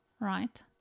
right